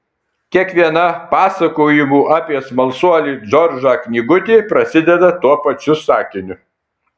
kiekviena pasakojimų apie smalsuolį džordžą knygutė prasideda tuo pačiu sakiniu